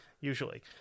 usually